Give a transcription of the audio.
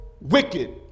wicked